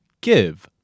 give